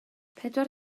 pedwar